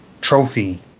trophy